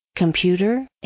Computer